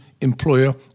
employer